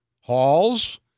halls